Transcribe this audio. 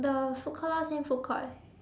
the food court lah same food court